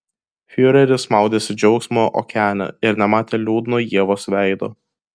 fiureris maudėsi džiaugsmo okeane ir nematė liūdno ievos veido